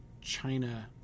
China